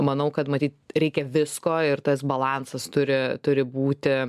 manau kad matyt reikia visko ir tas balansas turi turi būti